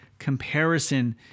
comparison